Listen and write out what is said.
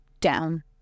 down